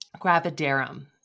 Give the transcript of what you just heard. Gravidarum